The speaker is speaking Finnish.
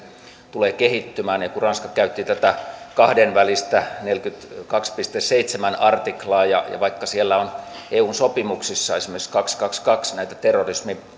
tulee kehittymään kun ranska käytti tätä kahdenvälistä neljäkymmentäkaksi piste seitsemäs artiklaa ja vaikka siellä on eun sopimuksissa esimerkiksi artikla kaksisataakaksikymmentäkaksi näitä terrorismi